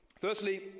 Firstly